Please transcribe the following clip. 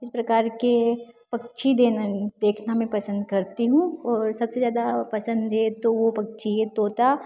इस प्रकार के पक्षी देनन देखना मैं पसंद करती हूँ और सबसे ज़्यादा पसंद है तो वह पक्षी है तोता